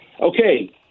Okay